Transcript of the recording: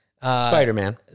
Spider-Man